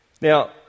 Now